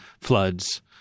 Floods